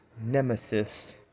Nemesis